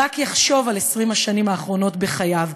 רק יחשוב על 20 השנים האחרונות בחייו,